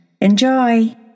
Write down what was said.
Enjoy